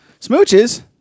Smooches